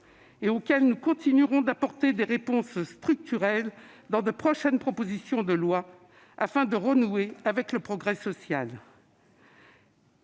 et auxquelles nous continuerons d'apporter des réponses structurelles dans de prochaines propositions de loi, afin de renouer avec le progrès social.